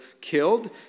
killed